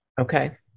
Okay